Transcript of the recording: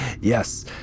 Yes